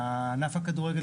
ענף הכדורגל,